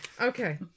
Okay